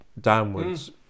downwards